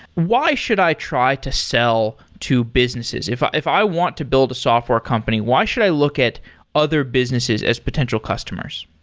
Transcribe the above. why should i try to sell to businesses? if if i want to build a software company, why should i look at other businesses as potential customers?